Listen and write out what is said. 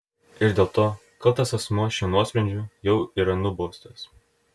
ir dėl to kaltas asmuo šiuo nuosprendžiu jau yra nubaustas